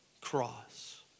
cross